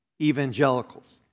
Evangelicals